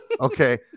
Okay